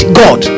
god